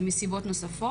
וגם על סיבות נוספות.